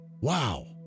Wow